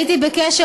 הייתי בקשר,